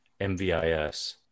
MVIS